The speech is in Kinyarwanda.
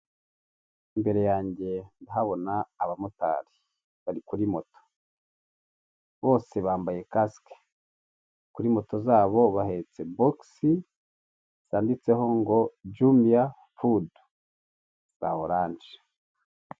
Imbere yanjye ndahabona abamotari, bari kuri moto, bose bambaye kasike, kuri moto zabo bahetse bogisi zanditseho ngo jumiya fudu za oranje.